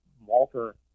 Walter